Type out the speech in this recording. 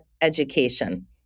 education